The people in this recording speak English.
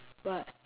what